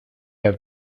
have